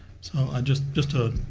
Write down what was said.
so i just just a.